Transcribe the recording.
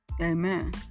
Amen